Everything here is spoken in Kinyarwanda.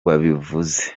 wabivuze